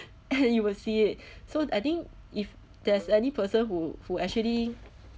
and you will see it so I think if there's any person who who actually